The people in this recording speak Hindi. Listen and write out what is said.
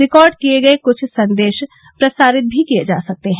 रिकार्ड किए गए कुछ संदेश प्रसारित भी किए जा सकते हैं